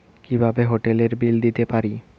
কিভাবে হোটেলের বিল দিতে পারি?